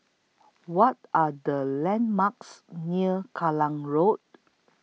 What Are The landmarks near Kallang Road